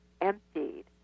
emptied